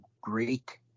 great